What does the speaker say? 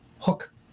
hook